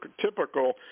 typical